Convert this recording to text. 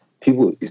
People